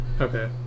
Okay